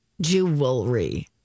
Jewelry